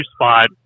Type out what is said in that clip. spot